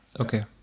Okay